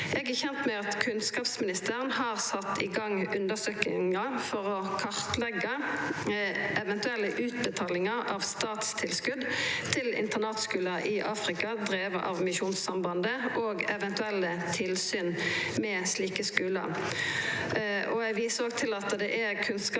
Eg er kjent med at kunnskapsministeren har sett i gang undersøkingar for å kartleggja eventuelle utbetalingar av statstilskot til internatskular i Afrika drivne av Misjonssambandet, og eventuelle tilsyn med slike skular. Eg viser òg til at det er Kunnskapsdepartementet